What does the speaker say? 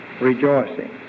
rejoicing